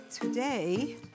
today